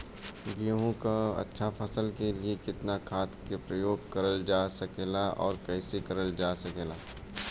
गेहूँक अच्छा फसल क लिए कितना खाद के प्रयोग करल जा सकेला और कैसे करल जा सकेला?